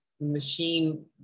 machine